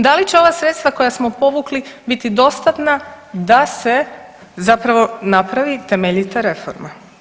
Da li će ova sredstva koja smo povukli biti dostatna da se zapravo napravi temeljita reforma?